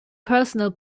personal